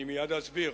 אני מייד אסביר.